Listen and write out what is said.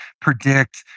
predict